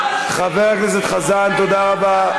חבר הכנסת חזן, תודה רבה.